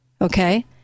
Okay